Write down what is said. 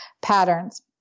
patterns